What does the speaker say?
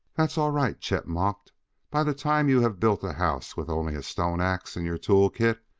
that's all right, chet mocked by the time you have built a house with only a stone ax in your tool kit,